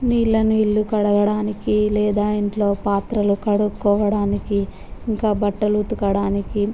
నీళ్ళను ఇల్లు కడగడానికి లేదా ఇంట్లో పాత్రలు కడుక్కోవడానికి ఇంకా బట్టలు ఉతకడానికి